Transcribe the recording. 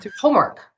homework